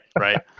right